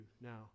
now